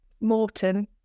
Morton